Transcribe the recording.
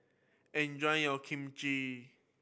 enjoy your